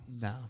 No